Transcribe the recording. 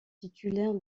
titulaire